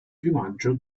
piumaggio